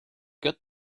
got